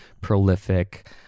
prolific